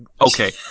okay